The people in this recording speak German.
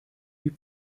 die